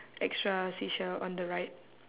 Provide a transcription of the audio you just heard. extra seashell on the right